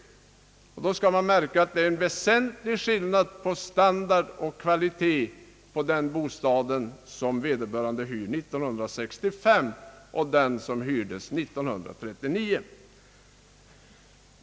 Då skall man märka att det är en väsentlig skillnad på standard och kvalitet på den bostad som vederbörande hyr år 1965 och den som hyrdes år 1939.